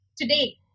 today